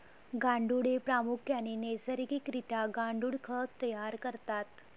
गांडुळे प्रामुख्याने नैसर्गिक रित्या गांडुळ खत तयार करतात